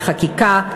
בחקיקה,